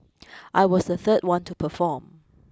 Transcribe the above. I was the third one to perform